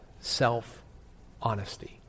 self-honesty